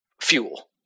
fuel